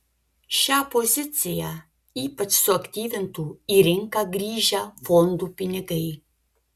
šią poziciją ypač suaktyvintų į rinką grįžę fondų pinigai